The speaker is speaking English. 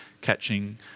catching